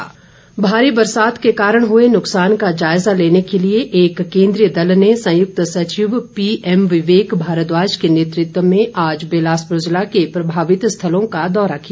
केन्द्रीय टीम भारी बरसात के कारण हुए नुकसान का जायजा लेने के लिए एक केन्द्रीय दल ने संयुक्त सचिव पीएम विवेक भारद्वाज के नेतृत्व में आज बिलासपुर जिला के प्रभावित स्थलों का दौरा किया